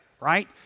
right